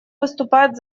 выступает